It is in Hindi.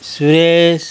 श्रेयश